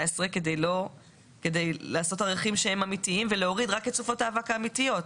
כדי לעשות ערכים שהם אמיתיים ולהוריד רק את סופות האבק האמיתיות.